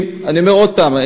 אני אומר עוד הפעם,